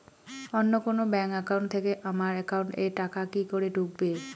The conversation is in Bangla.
অন্য কোনো ব্যাংক একাউন্ট থেকে আমার একাউন্ট এ টাকা কি করে ঢুকবে?